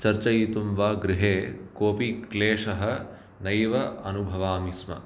चर्चयितुं वा गृहे कोपि क्लेशः नैव अनुभवामि स्म